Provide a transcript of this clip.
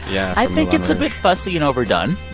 yeah i think it's a bit fussy and overdone,